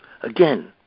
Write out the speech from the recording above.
again